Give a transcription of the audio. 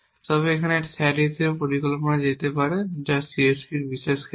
তবে এটি স্যাট হিসাবেও পরিকল্পনা করা যেতে পারে যা CSPর বিশেষ ক্ষেত্রে